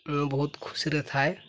ବହୁତ ଖୁସିରେ ଥାଏ